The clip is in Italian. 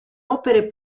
opere